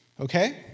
Okay